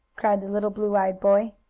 cried the little blue-eyed boy.